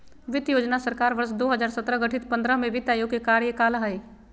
वित्त योजना सरकार वर्ष दो हजार सत्रह गठित पंद्रह में वित्त आयोग के कार्यकाल हइ